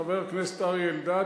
חבר הכנסת אריה אלדד,